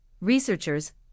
researchers